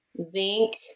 zinc